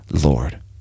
Lord